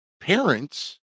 parents